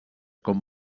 com